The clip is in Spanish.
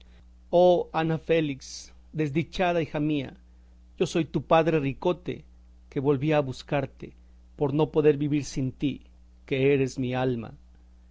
oh ana félix desdichada hija mía yo soy tu padre ricote que volvía a buscarte por no poder vivir sin ti que eres mi alma